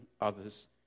others